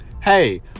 hey